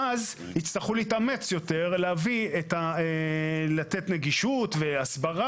פותח את ישיבת הוועדה במסגרת הדיונים על יום הגנת הסביבה.